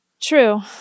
True